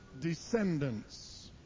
descendants